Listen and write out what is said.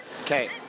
okay